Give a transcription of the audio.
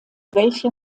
welcher